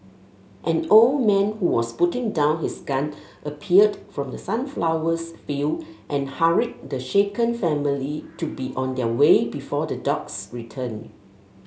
an old man who was putting down his gun appeared from the sunflowers field and hurried the shaken family to be on their way before the dogs return